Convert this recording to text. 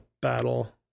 battle